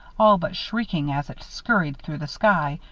all but shrieking as it scurried through the sky,